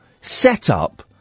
setup